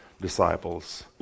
disciples